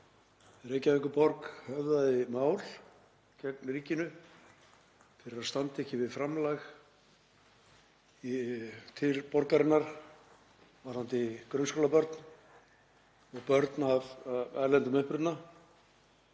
Reykjavíkurborg höfðaði mál gegn ríkinu fyrir að standa ekki við framlag til borgarinnar varðandi grunnskólabörn og börn af erlendum uppruna;